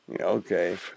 Okay